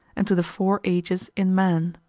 and to the four ages in man.